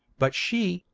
but she,